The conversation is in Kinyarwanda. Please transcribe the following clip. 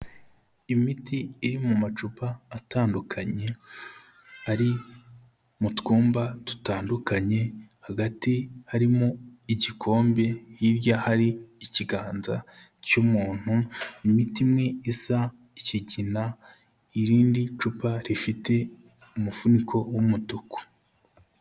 Imiti iri mu macupa atandukanye ari mu twumba dutandukanye hagati harimo igikombe, hirya hari ikiganza cy'umuntu imiti imwe isa ikigina irindi cupa rifite umufuniko w'umutuku.